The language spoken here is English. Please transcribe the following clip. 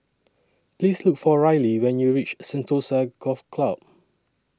Please Look For Riley when YOU REACH Sentosa Golf Club